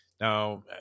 Now